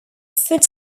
food